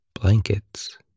blankets